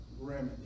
remedy